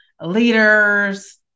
leaders